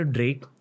Drake